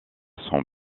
son